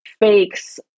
fakes